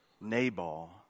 Nabal